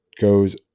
goes